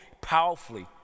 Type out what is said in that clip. powerfully